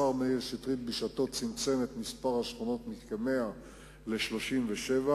השר מאיר שטרית בשעתו צמצם את מספר השכונות בתוכנית מכ-100 ל-37,